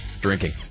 drinking